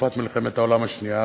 בתקופת מלחמת העולם השנייה,